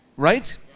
right